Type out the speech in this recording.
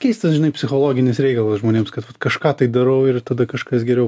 keistas žinai psichologinis reikalas žmonėms kad vat kažką tai darau ir tada kažkas geriau